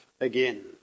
again